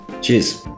Cheers